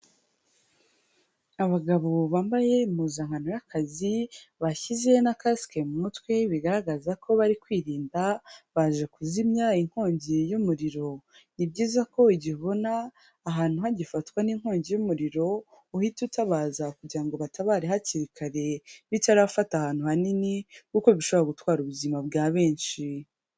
Abagabo bambaye impuzankano y'akazi bashyize na kasike mu mutwe bigaragaza ko bari kwirinda, baje kuzimya inkongi y'umuriro. Ni byiza ko igihe ubona ahantu hagifatwa n'inkongi y'umuriro, uhita utabaza kugirango ngo batabare hakiri kare bitarafata ahantu hanini kuko bishobora gutwara ubuzima bwa benshi.